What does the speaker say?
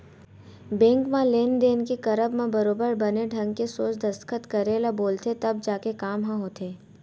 bank म लेन देन के करब म बरोबर बने ढंग के सोझ दस्खत करे ले बोलथे तब जाके काम ह होथे